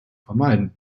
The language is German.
vermeiden